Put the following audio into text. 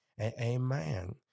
amen